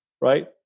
right